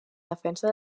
defensa